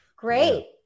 Great